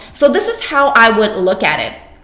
so this is how i would look at it.